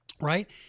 right